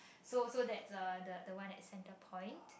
so so that's a the the one at Centerpoint